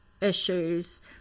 issues